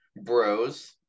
Bros